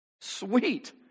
Sweet